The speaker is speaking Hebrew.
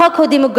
החוק הוא דמוגרפי,